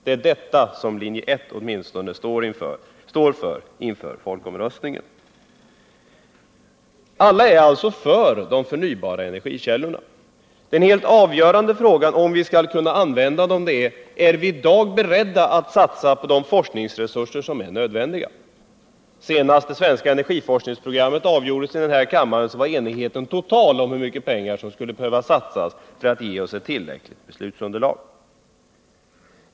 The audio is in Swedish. Det är detta som i varje fall linje 1 står för inför folkomröstningen. Alla är alltså för de förnybara energikällorna. Den helt avgörande frågan när det gäller den tid när vi kan använda dem är om vi i dag är beredda att satsa de forskningsresurser som är nödvändiga. Så sent som när det svenska energiforskningsprogrammet avgjordes i den här kammaren var enigheten total i fråga om hur mycket pengar som skulle behöva satsas för att ge oss ett tillräckligt beslutsundérlag.